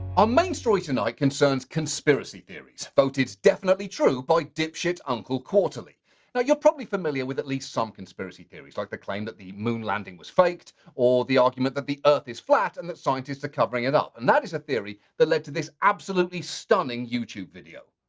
our main story tonight concerns conspiracy theories. voted definitely true, by dip shit uncle quarterly. now you're probably familiar with at least some conspiracy theories, like the claim that the moon landing was faked, or the argument that the earth is flat, and that scientists are covering it up. and that is a theory, that led to this absolutely stunning youtube video.